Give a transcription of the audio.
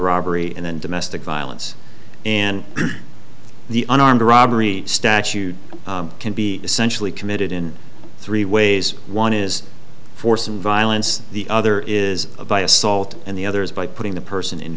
robbery and domestic violence and the armed robbery statute can be essentially committed in three ways one is force and violence the other is by assault and the other is by putting the person in